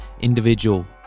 individual